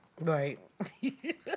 Right